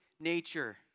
nature